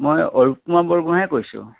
মই অৰূপ কুমাৰ বৰগোহাঁয়ে কৈছোঁ